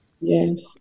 Yes